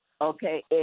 okay